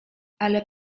ale